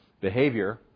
behavior